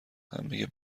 همه